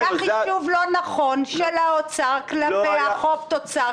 היה חישוב לא נכון של האוצר כלפי החוב-תוצר,